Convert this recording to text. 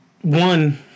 One